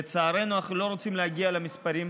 לצערנו, אנחנו לא רוצים להגיע למספרים,